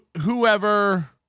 Whoever